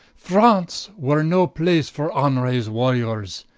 france were no place for henryes warriors,